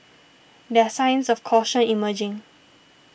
there are signs of caution emerging